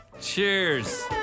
Cheers